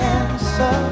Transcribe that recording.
answer